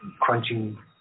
crunching